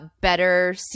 better